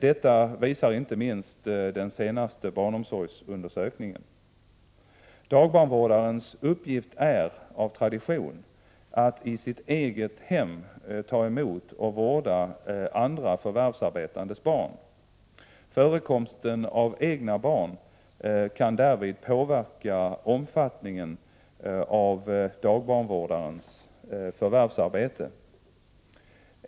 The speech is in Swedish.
Detta visar inte minst den senaste barnomsorgsundersökningen. Dagbarnvårdarens uppgift är av tradition att i sitt eget hem ta emot och Prot. 1988/89:36 vårda andra förvärvsarbetandes barn. Förekomsten av egna barn kan därvid 1 december 1988 påverka omfattningen av dagbarnvårdarens förvärvsarbete.